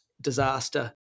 disaster